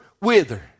wither